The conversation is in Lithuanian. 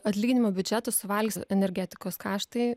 atlyginimų biudžetu suvalgys energetikos kaštai